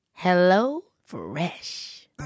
HelloFresh